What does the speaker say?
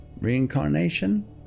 reincarnation